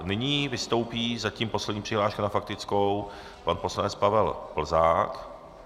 Nyní vystoupí zatím poslední přihláška na faktickou pan poslanec Pavel Plzák.